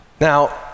Now